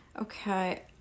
Okay